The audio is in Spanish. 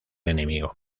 enemigo